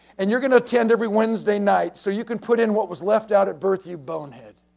and you're going to attend every wednesday night, so you can put in what was left out at birth you bone head.